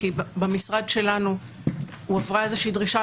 כי במשרד שלנו הועברה איזו דרישה,